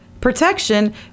protection